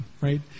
right